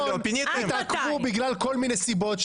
התעכבו מכל מיני סיבות.